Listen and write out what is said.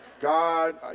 God